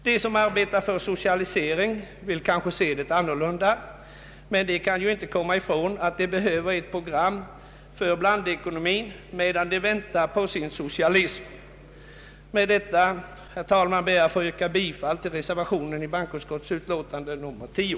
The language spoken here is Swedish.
De som arbetar för socialisering vill kanske se det annorlunda. Men de kan ju inte komma ifrån att de behöver ett program för blandekonomin medan de väntar på sin socialism. Med detta ber jag att få yrka bifall till reservationen vid bankoutskottets utlåtande nr 10.